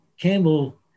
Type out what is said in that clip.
Campbell